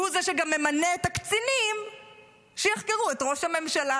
הוא זה שגם ממנה את הקצינים שיחקרו את ראש הממשלה,